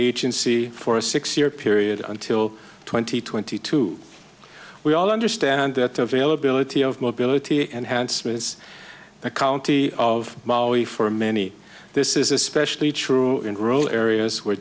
agency for a six year period until twenty twenty two we all understand that the availability of mobility and handsome is the county of maui for many this is especially true in rural areas where